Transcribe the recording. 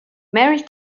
mary